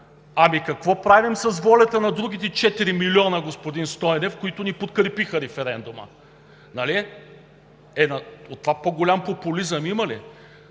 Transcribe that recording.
Ами какво правим с волята на другите четири милиона, господин Стойнев, които не подкрепиха референдума? Е, от това по-голям популизъм има ли?